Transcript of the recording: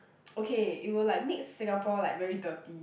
okay it will like make Singapore like very dirty